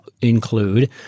include